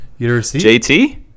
JT